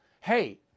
hey